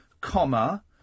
comma